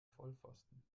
vollpfosten